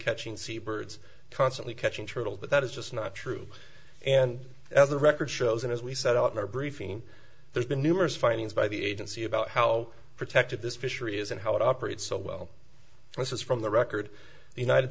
catching sea birds constantly catching turtle but that is just not true and as the record shows and as we set up in our briefing there's been numerous findings by the agency about how protected this fishery is and how it operates so well this is from the record the united